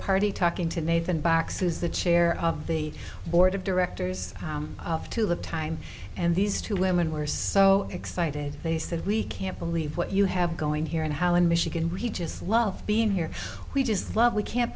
party talking to nathan bax's the chair of the board of directors to the time and these two women were so excited they said we can't believe what you have going here in holland michigan really just love being here we just love we can't